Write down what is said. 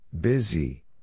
Busy